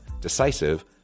decisive